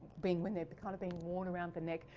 being when they're kind of being worn around the neck,